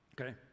Okay